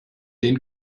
den